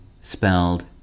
spelled